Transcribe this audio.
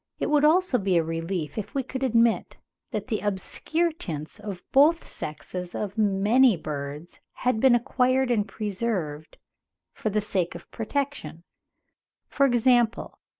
it would also be a relief if we could admit that the obscure tints of both sexes of many birds had been acquired and preserved for the sake of protection for example,